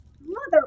Mother